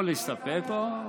או להסתפק או,